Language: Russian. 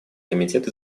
комитет